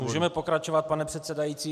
Můžeme pokračovat, pane předsedající.